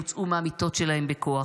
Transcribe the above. אזרחים שהוצאו מהמיטות שלהם בכוח?